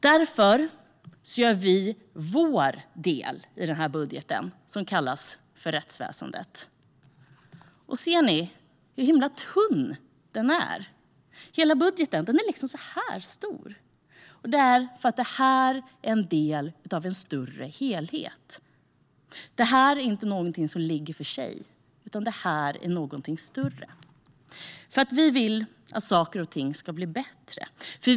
Därför gör vi vår del i denna budget om rättsväsendet. Ni kan se hur tunn den är. Det är för att detta är en del av en större helhet. Detta är inte någonting som ligger för sig. Vi vill nämligen att saker och ting ska bli bättre.